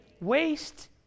waste